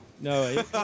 no